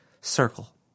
circle